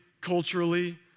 culturally